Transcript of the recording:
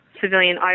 civilian